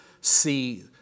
see